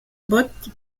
botte